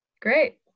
Great